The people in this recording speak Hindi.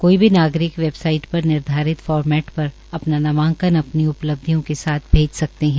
कोई भी नागरिक वेवसाइट पर निर्धारित फोरमेट पर अपना नामांकन अपनी उपलब्धियों के साथ भेज सकते है